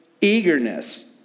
eagerness